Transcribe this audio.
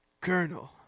Colonel